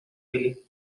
hill